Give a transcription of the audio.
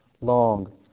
long